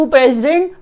President